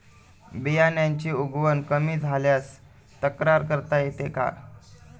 बियाण्यांची उगवण कमी झाल्यास तक्रार करता येते का?